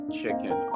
chicken